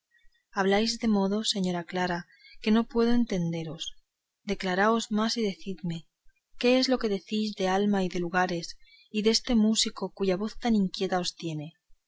habláis de modo señora clara que no puedo entenderos declaraos más y decidme qué es lo que decís de alma y de lugares y deste músico cuya voz tan inquieta os tiene